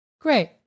great